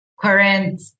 current